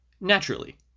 Naturally